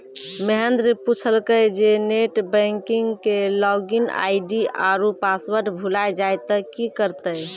महेन्द्र पुछलकै जे net banking के लागिन आई.डी आरु पासवर्ड भुलाय जाय त कि करतै?